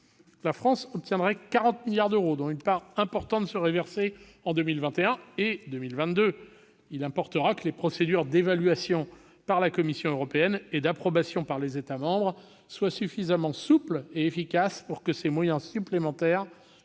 La France obtiendrait 40 milliards d'euros, dont une part importante serait versée en 2021 et 2022. Il importera que les procédures d'évaluation par la Commission européenne et d'approbation par les États membres soient suffisamment souples et efficaces pour que ces moyens supplémentaires,